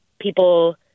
people